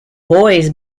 boys